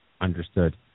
Understood